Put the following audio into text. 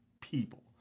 people